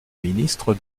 ministre